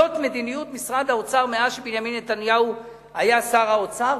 זאת מדיניות משרד האוצר מאז היה בנימין נתניהו שר האוצר,